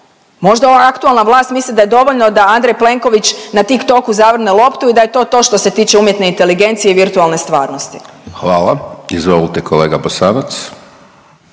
Možda ova aktualna vlast misli da je dovoljno da Andrej Plenković na Tik-toku zavrne loptu i da je to to što se tiče umjetne inteligencije i virtualne stvarnosti. **Hajdaš Dončić, Siniša (SDP)**